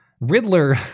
Riddler